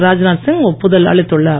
ராஜ்நாத்சிங் ஒப்புதல் அளித்துள்ளார்